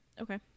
okay